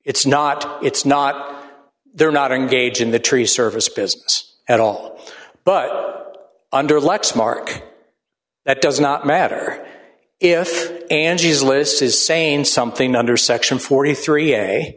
it's not it's not they're not engage in the tree service business at all but under lexmark that does not matter if angie's list is saying something under section forty three a